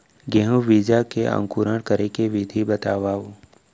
गेहूँ बीजा के अंकुरण करे के विधि बतावव?